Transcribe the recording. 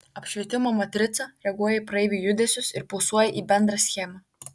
apšvietimo matrica reaguoja į praeivių judesius ir pulsuoja į bendrą schemą